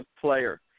player